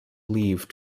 leave